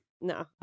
No